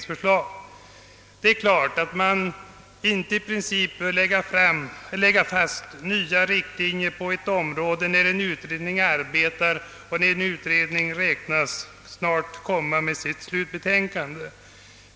Självfallet bör man i princip inte fastslägga nya riktlinjer i ett läge när en utredning pågår och snart väntas framlägga sitt betänkande.